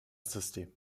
system